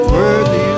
worthy